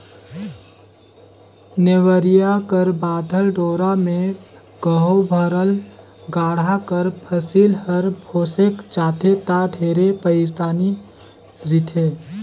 नेवरिया कर बाधल डोरा मे कहो भरल गाड़ा कर फसिल हर भोसेक जाथे ता ढेरे पइरसानी रिथे